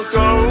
go